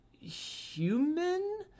human